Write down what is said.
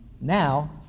Now